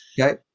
Okay